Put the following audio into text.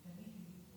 כאמור,